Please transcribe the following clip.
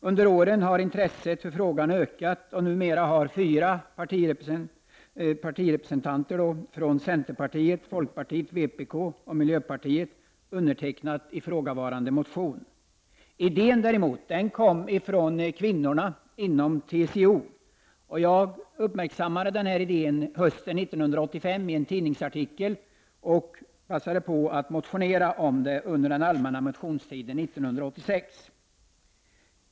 Under åren har intresset för frågan ökat, och numera har fyra partirepresentanter från centerpartiet, folkpartiet, vpk och miljöpartiet undertecknat ifrågavarande motion. Idén kom däremot från kvinnorna inom TCO. Jag uppmärksammade den i en tidningsartikel hösten 1985 och motionerade om detta under allmänna motionstiden 1986.